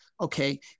Okay